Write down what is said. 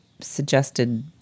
suggested